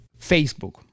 Facebook